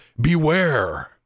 Beware